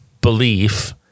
belief